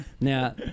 Now